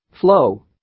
Flow